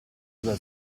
dal